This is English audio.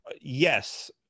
Yes